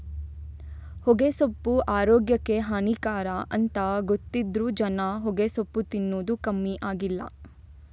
ಹೊಗೆಸೊಪ್ಪು ಆರೋಗ್ಯಕ್ಕೆ ಹಾನಿಕರ ಅಂತ ಗೊತ್ತಿದ್ರೂ ಜನ ಹೊಗೆಸೊಪ್ಪು ತಿನ್ನದು ಕಮ್ಮಿ ಆಗ್ಲಿಲ್ಲ